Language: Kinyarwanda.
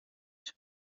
cyo